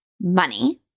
money